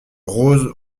rose